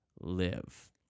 live